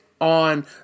on